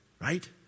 Right